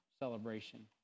celebration